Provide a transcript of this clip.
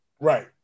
Right